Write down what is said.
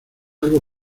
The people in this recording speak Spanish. algo